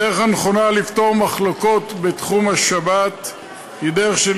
הדרך הנכונה לפתור מחלוקות בתחום השבת היא דרך של